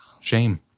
Shame